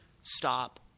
stop